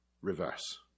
reverse